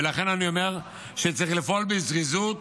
ולכן אני אומר שצריך לפעול בזריזות